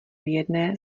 jedné